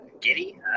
giddy